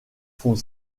font